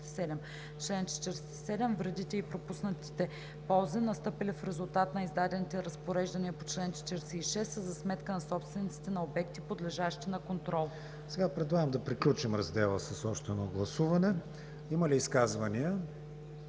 Предлагам да приключим раздела с още едно гласуване. Има ли изказвания?